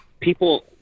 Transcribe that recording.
people